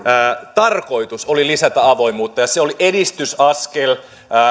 tarkoitus oli lisätä avoimuutta ja se oli edistysaskel